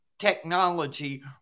Technology